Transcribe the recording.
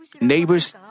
Neighbors